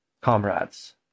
comrades